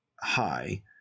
high